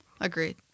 Agreed